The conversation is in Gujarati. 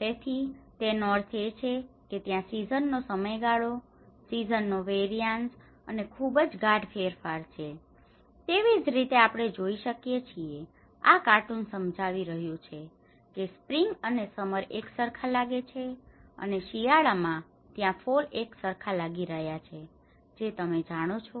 તેથી તેનો અર્થ એ છે કે ત્યાં સીઝન નો સમયગાળો સીઝન નો વેરિયાન્સ અને ખુબજ ગાઢ ફેરફાર છે અને તેવીજ રીતે આપણે જોઈ શકીએ છીએ કે આ કાર્ટૂન સમજાવી રહ્યું છે કે સ્પ્રિંગ અને સમર એક સરખા લાગે છે અને શિયાળા માં ત્યાં ફોલ એક સરખા લાગી રહ્યા છે જે તમે જાણો છો